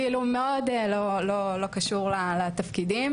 כאילו מאוד לא קשור לתפקידים